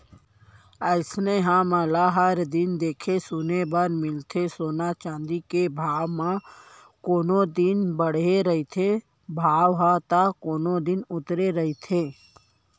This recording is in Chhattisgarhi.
अइसने हमन ल हर दिन देखे सुने बर मिलथे सोना चाँदी के भाव म कोनो दिन बाड़हे रहिथे भाव ह ता कोनो दिन उतरे रहिथे